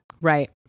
Right